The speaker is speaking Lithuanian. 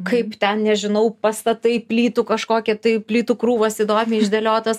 kaip ten nežinau pastatai plytų kažkokie tai plytų krūvos įdomiai išdėliotos